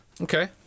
Okay